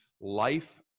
life